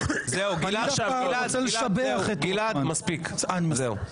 גלעד, מספיק, זהו.